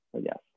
yes